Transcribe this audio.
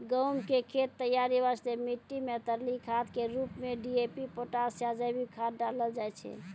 गहूम के खेत तैयारी वास्ते मिट्टी मे तरली खाद के रूप मे डी.ए.पी पोटास या जैविक खाद डालल जाय छै